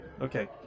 okay